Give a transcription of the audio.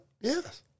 yes